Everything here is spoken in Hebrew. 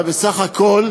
אתה בסך הכול,